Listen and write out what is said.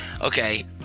Okay